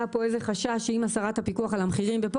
היה פה איזה חשש שעם הסרת הפיקוח על המחירים ופה